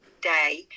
day